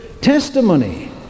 testimony